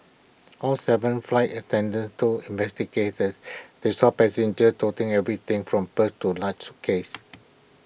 all Seven flight attendants told investigators they saw passengers toting everything from purses to large suitcases